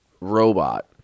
robot